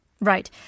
Right